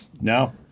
No